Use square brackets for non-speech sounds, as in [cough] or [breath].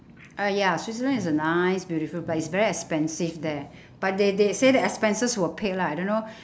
uh ya switzerland is a nice beautiful but it's very expensive there [breath] but they they say that expenses were paid lah I don't know